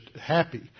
happy